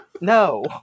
No